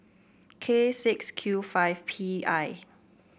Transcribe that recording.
K six Q five P I